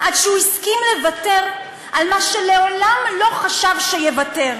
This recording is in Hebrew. עד שהוא הסכים לוותר על מה שמעולם לא חשב שיוותר,